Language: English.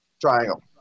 triangle